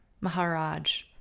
Maharaj